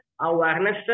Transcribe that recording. awareness